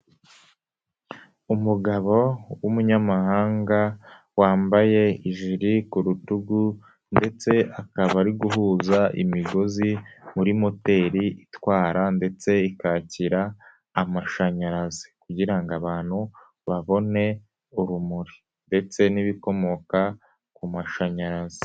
Umugabo w'umunyamahanga, wambaye ijiri ku rutugu ndetse akaba ari guhuza imigozi muri moteri itwara ndetse ikakira amashanyarazi kugira abantu babone urumuri ndetse n'ibikomoka ku mashanyarazi.